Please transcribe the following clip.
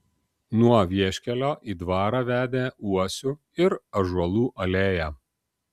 nuo vieškelio į dvarą vedė uosių ir ąžuolų alėja